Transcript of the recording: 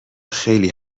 خیلی